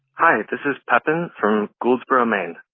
hi. this is pepin from gouldsboro, maine,